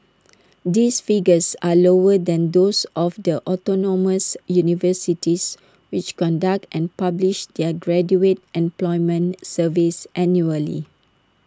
these figures are lower than those of the autonomous universities which conduct and publish their graduate employment surveys annually